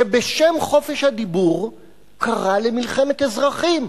שבשם חופש הדיבור קרא למלחמת אזרחים,